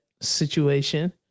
situation